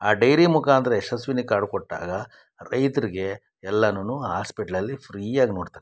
ಆ ಡೈರಿ ಮುಖಾಂತರ ಯಶಸ್ವಿನಿ ಕಾರ್ಡ್ ಕೊಟ್ಟಾಗ ರೈತರಿಗೆ ಎಲ್ಲನುನು ಹಾಸ್ಪೆಟ್ಲಲ್ಲಿ ಫ್ರೀಯಾಗಿ ನೋಡ್ತಾರೆ